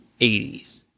80s